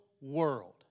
world